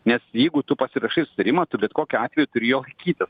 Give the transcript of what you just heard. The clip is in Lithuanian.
nes jeigu tu pasirašai sutarimą tu bet kokiu atveju turi jo laikytis